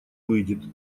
выйдет